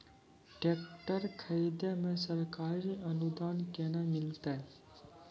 Tractor खरीदै मे सरकारी अनुदान केना मिलतै?